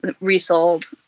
resold